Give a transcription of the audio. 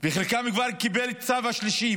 וחלקם כבר קיבל צו שלישי.